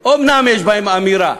אומנם יש בהן אמירה,